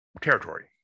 territory